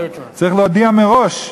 צריך להודיע מראש.